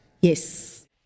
Yes